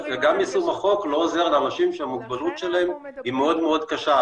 גם יישום החוק לא עוזר לאנשים שהמוגבלות שלהם מאוד מאו קשה.